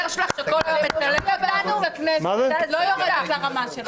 לא יורדת לרמה שלך.